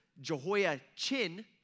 Jehoiachin